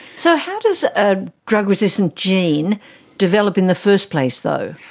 so how does a drug resistant gene develop in the first place though?